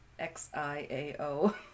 xiao